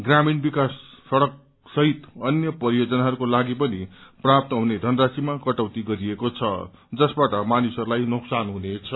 ग्रामीण विकास सड़कसहित अन्य परियोजनाहरूको लागि पनि प्राप्त हुने धनराशिमा कटौती गरिएको छ जसबाट मानिसहरूलाई नोकसान हुनेछ